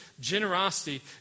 generosity